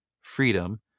freedom